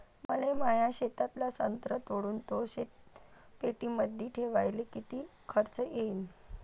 मले माया शेतातला संत्रा तोडून तो शीतपेटीमंदी ठेवायले किती खर्च येईन?